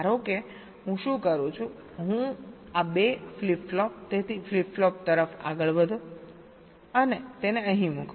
ધારો કે હું શું કરું છું આ 2 ફ્લિપ ફ્લોપ તેથી ફ્લિપ ફ્લોપ તરફ આગળ વધો અને તેને અહીં મૂકો